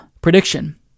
prediction